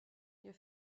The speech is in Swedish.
jag